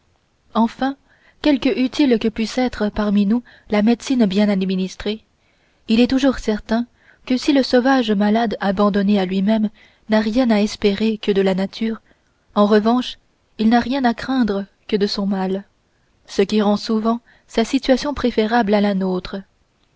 enfin quelque utile que puisse être parmi nous la médecine bien administrée il est toujours certain que si le sauvage malade abandonné à lui-même n'a rien à espérer que de la nature en revanche il n'a rien à craindre que de son mal ce qui rend souvent sa situation préférable à la nôtre